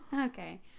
okay